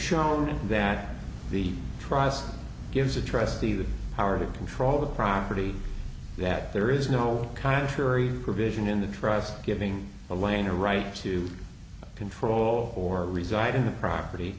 shown that the trials gives a trustee the power to control the property that there is no contrary provision in the tribes giving alaina rights to control or reside in the property